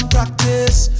Practice